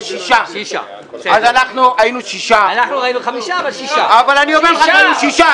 זה 6. אז היינו 6. אנחנו היינו 6. אני אומר שהיינו 6,